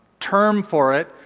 term for it,